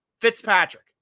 fitzpatrick